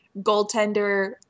goaltender